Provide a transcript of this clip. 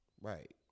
Right